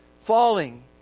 falling